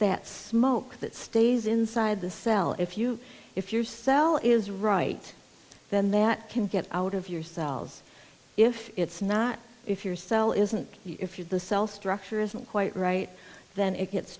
that smoke that stays inside the cell if you if your cell is right then that can get out of your cells if it's not if your cell isn't if you're the cell structure isn't quite right then it gets